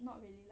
not really